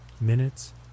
minutes